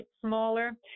smaller